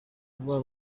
kuba